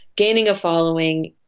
gaining a following,